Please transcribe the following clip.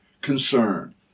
concern